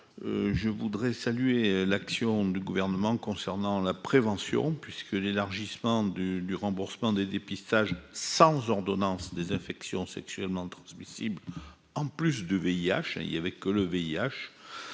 je voudrais saluer l'action du gouvernement concernant la prévention puisque l'élargissement du du remboursement des dépistages sans ordonnance des infections sexuellement transmissibles, en plus du VIH et il y avait que le VIH